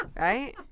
Right